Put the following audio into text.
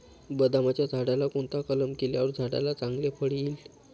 बदामाच्या झाडाला कोणता कलम केल्यावर झाडाला चांगले फळ येईल?